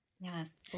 Yes